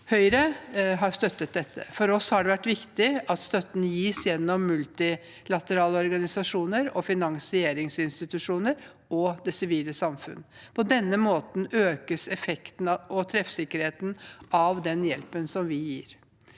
Høyre har støttet dette. For oss har det vært viktig at støtten gis gjennom multilaterale organisasjoner, finansieringsinstitusjoner og det sivile samfunn. På denne måten økes effekten og treffsikkerheten av den hjelpen vi gir.